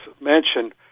mention